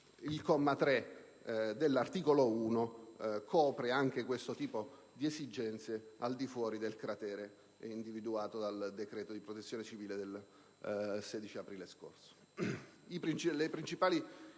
il comma 3 dell'articolo 1 copre anche questo tipo di esigenze nelle zone al di fuori del cratere individuato dal decreto di Protezione civile del 16 aprile scorso.